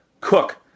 Cook